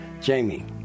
Jamie